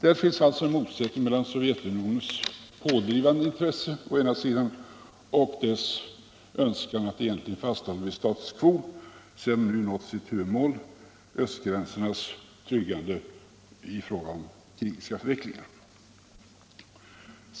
Det finns alltså en motsättning mellan Sovjetunionens pådrivande intresse, å ena sidan, och dess önskan att egentligen fasthålla vid status quo sedan landet nu nått sitt huvudmål — östgränsernas tryggande i fråga om krigiska förvecklingar — å andra sidan.